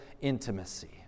intimacy